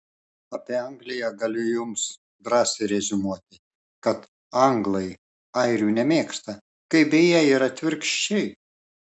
apie angliją galiu jums drąsiai reziumuoti kad anglai airių nemėgsta kaip beje ir atvirkščiai